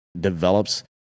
develops